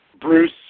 Bruce